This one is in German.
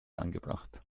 angebracht